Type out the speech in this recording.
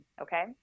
okay